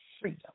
freedom